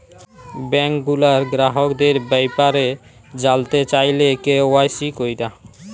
bank গুলার গ্রাহকদের ব্যাপারে জালতে চাইলে কে.ওয়াই.সি ক্যরা